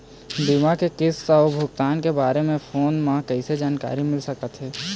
बीमा के किस्त अऊ भुगतान के बारे मे फोन म कइसे जानकारी मिल सकत हे?